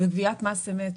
וגביית מס אמת,